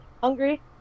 hungry